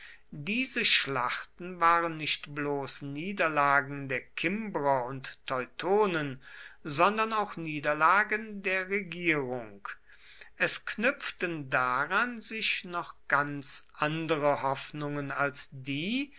diese schlachten waren nicht bloß niederlagen der kimbrer und teutonen sondern auch niederlagen der regierung es knüpften daran sich noch ganz andere hoffnungen als die